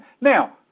Now